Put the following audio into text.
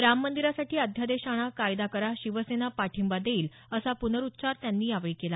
राम मंदिरासाठी अध्यादेश आणा कायदा करा शिवसेना पाठिंबा देईल असा पुनरुच्चार त्यांनी केला